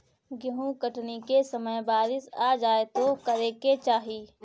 गेहुँ कटनी के समय बारीस आ जाए तो का करे के चाही?